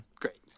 great